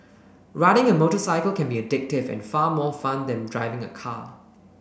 riding a motorcycle can be addictive and far more fun than driving a car